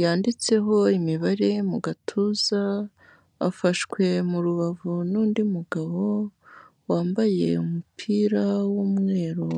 yanditseho imibare mu gatuza, afashwe mu rubavu n'undi mugabo wambaye umupira w'umweru.